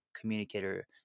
communicator